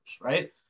right